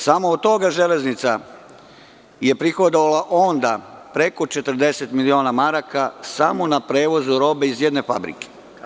Samo od toga železnica je prihodovala onda preko 40 hiljada maraka, samo na prevozu robe iz jedne fabrike.